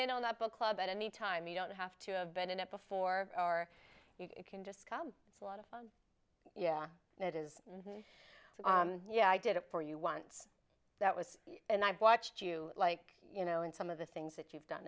in on that book club at any time you don't have to have been at before or you can discover it's a lot of fun yeah it is and yeah i did it for you once that was and i've watched you like you know in some of the things that you've done